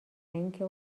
اینکه